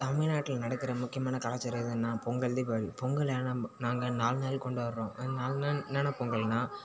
தமிழ்நாட்டில் நடக்கிற முக்கியமான கலாச்சாரம் எதுன்னால் பொங்கல் தீபாவளி பொங்கல் ஏனால் நம்ப நாங்கள் நாலு நாள் கொண்டாடுறோம் அந்த நாலு நாள் என்னென்னா பொங்கல்னால்